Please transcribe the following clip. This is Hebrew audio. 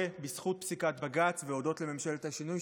בזכות פסיקת בג"ץ והודות לממשלת השינוי,